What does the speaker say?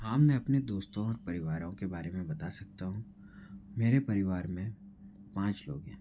हाँ मैं अपने दोस्तों और परिवारों के बारे में बता सकता हूँ मेरे परिवार में पाँच लोग हैं